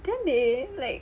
then they like